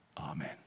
Amen